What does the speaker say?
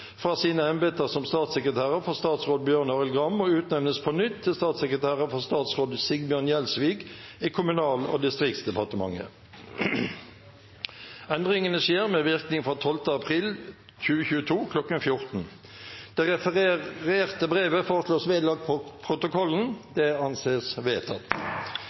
fra sine embeter som statssekretærer for statsråd Bjørn Arild Gram og utnevnes på nytt til statssekretærer for statsråd Sigbjørn Gjelsvik i Kommunal- og distriktsdepartementet. Endringene skjer med virkning fra 12. april 2022 kl. 14.00.» Det refererte brevet foreslås vedlagt protokollen. – Det anses vedtatt.